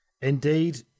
Indeed